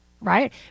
right